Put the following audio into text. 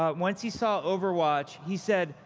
um once he saw overwatch he said,